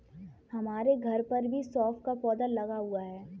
हमारे घर पर भी सौंफ का पौधा लगा हुआ है